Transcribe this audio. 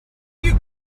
you